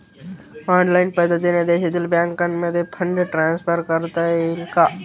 Online पद्धतीने देशातील बँकांमध्ये फंड ट्रान्सफर करता येईल का?